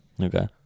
Okay